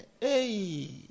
hey